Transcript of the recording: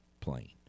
plane